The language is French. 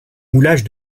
moulage